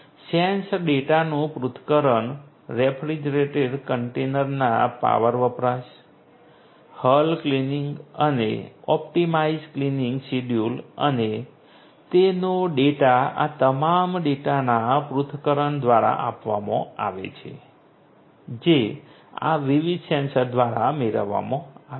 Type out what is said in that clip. sensed ડેટાનું પૃથ્થકરણ refrigerated કન્ટેનરના પાવર વપરાશ હલ ક્લિનિંગ અને ઑપ્ટિમાઇઝ્ડ ક્લિનિંગ શેડ્યૂલ અને તેનો ડેટા આ તમામ ડેટાના પૃથ્થકરણ દ્વારા આપવામાં આવે છે જે આ વિવિધ સેન્સર દ્વારા મેળવવામાં આવે છે